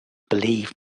believed